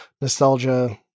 nostalgia